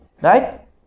right